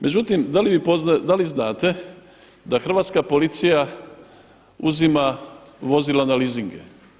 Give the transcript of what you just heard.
Međutim da li znate da hrvatska policija uzima vozile na leasinge.